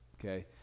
okay